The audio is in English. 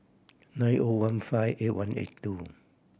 nine O one five eight one eight two